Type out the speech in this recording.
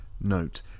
Note